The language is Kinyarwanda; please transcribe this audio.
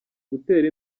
gutera